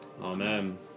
Amen